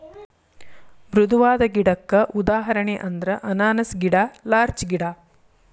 ಮೃದುವಾದ ಗಿಡಕ್ಕ ಉದಾಹರಣೆ ಅಂದ್ರ ಅನಾನಸ್ ಗಿಡಾ ಲಾರ್ಚ ಗಿಡಾ